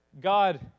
God